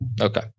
Okay